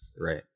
Right